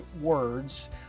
words